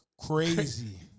crazy